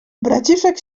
braciszek